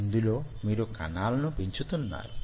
ఇందులో మీరు కణాలను పెంచుతున్నారు